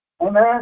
Amen